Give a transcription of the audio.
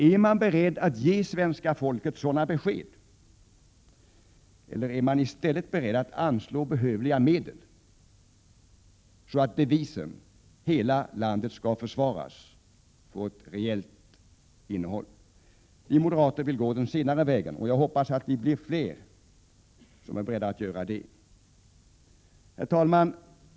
Är man beredd att ge svenska folket sådana besked, eller är man i stället beredd att anslå behövliga medel, så att devisen ”Hela landet skall försvaras” får ett reellt innehåll? Vi moderater vill gå den senare vägen. Jag hoppas att vi blir fler som är beredda att göra det. Herr talman!